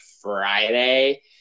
Friday